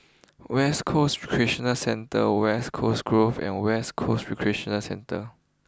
West Coast Recreational Centre West Coast Grove and West Coast Recreational Centre